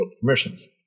permissions